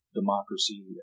democracy